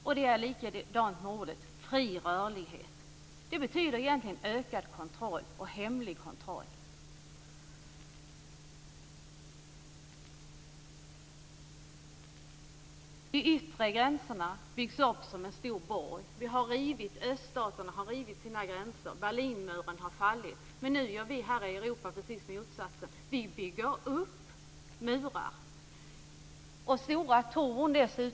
Och det är likadant med orden fri rörlighet. De betyder egentligen ökad kontroll och hemlig kontroll. De yttre gränserna byggs upp som en stor borg. Öststaterna har rivit sina gränser. Berlinmuren har fallit. Men nu gör vi här i Europa precis tvärtom. Vi bygger upp murar - och dessutom stora torn.